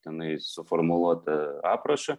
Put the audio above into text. tenai suformuluotą aprašą